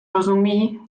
rozumí